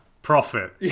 Profit